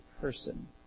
person